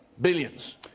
Billions